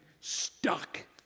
stuck